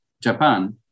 Japan